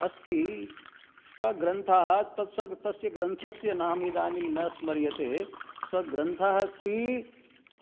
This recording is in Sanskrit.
अस्ति सः ग्रन्थः तस्य ग्रन्थस्य नाम इदानीं न स्मर्यते स ग्रन्थः अस्ति